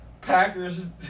Packers